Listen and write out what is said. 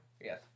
Yes